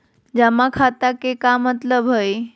जमा खाता के का मतलब हई?